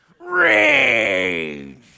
Rage